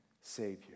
Savior